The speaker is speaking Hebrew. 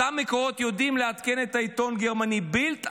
אותם מקורות יודעים לעדכן את העיתון הגרמני בילד,